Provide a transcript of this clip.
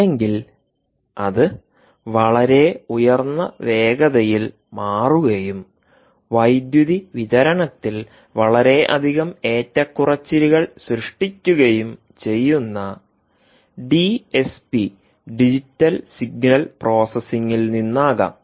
അല്ലെങ്കിൽ അത് വളരെ ഉയർന്ന വേഗതയിൽ മാറുകയും വൈദ്യുതി വിതരണത്തിൽ വളരെയധികം ഏറ്റക്കുറച്ചിലുകൾ സൃഷ്ടിക്കുകയും ചെയ്യുന്ന ഡിഎസ്പി ഡിജിറ്റൽ സിഗ്നൽ പ്രൊസസിങ്ങിൽ നിന്നാകാം